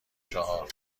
چهار